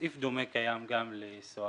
סעיף דומה קיים גם לסוהרים